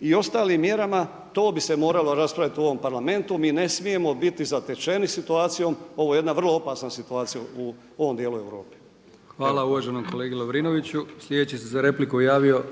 i ostalim mjerama. To bi se moralo raspraviti u ovom Parlamentu. Mi ne smijemo biti zatečeni situacijom. Ovo je jedna vrlo opasna situacija u ovom dijelu Europe. **Brkić, Milijan (HDZ)** Hvala uvaženom kolegi Lovrinoviću. Sljedeći se za repliku javio